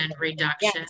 reduction